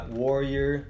warrior